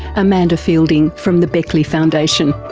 amanda feilding from the beckley foundation.